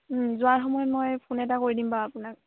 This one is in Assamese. যোৱা সময়ত মই ফোন এটা কৰি দিম বাৰু আপোনাক